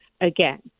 again